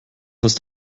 ist